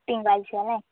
തിങ്കളാഴ്ച അല്ലേ